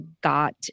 got